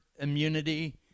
immunity